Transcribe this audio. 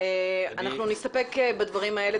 אנחנו נסתפק בדברים האלה.